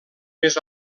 més